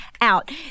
out